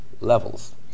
levels